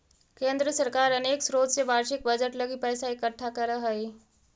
केंद्र सरकार अनेक स्रोत से वार्षिक बजट लगी पैसा इकट्ठा करऽ हई